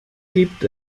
gibt